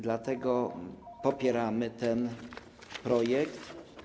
Dlatego popieramy ten projekt.